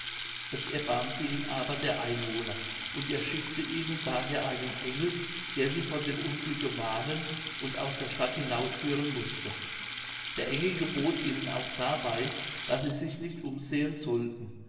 es erbarmte ihn aber der einwohner und er schickte ihnen daher einen engel der sie vor dem unglücke warnen und aus der stadt hinausführen mußte der engel gebot ihnen auch dabei daß sie sich nicht umsehen sollten